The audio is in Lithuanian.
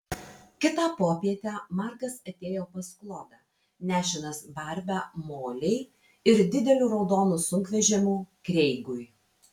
kitą popietę markas atėjo pas klodą nešinas barbe molei ir dideliu raudonu sunkvežimiu kreigui